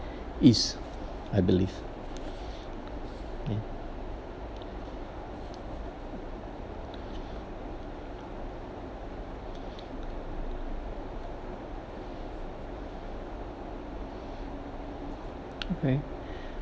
is I believe okay